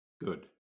Good